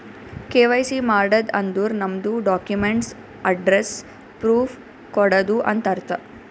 KYC ಮಾಡದ್ ಅಂದುರ್ ನಮ್ದು ಡಾಕ್ಯುಮೆಂಟ್ಸ್ ಅಡ್ರೆಸ್ಸ್ ಪ್ರೂಫ್ ಕೊಡದು ಅಂತ್ ಅರ್ಥ